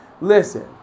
Listen